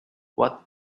what